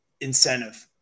incentive